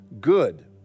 good